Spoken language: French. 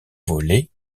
volé